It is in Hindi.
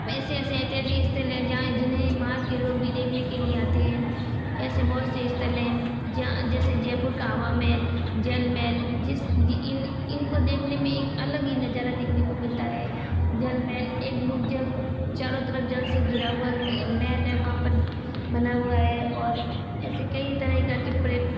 ऐसे ऐसे ऐतिहासिक स्थल है जहाँ जिन्हें बाहर के लोग भी देखने के लिए आते हैं ऐसे बहुत से स्थल है ज जैसे जयपुर का हवामहल जलमहल जिस इनको देखने में अलग ही नज़ारा देखने को मिलता है जलमहल चारों तरफ जल से घिरा हुआ महल है वहाँ पर बना हुआ है और ऐसे कई तरह कर के प्रे